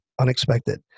unexpected